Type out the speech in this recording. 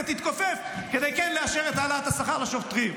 תתכופף כדי כן לאשר את העלאת השכר לשוטרים.